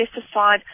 testified